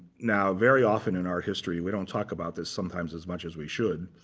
now very often in our history, we don't talk about this sometimes as much as we should.